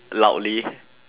loudly